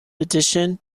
addition